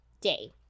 day